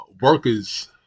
workers